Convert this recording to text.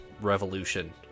revolution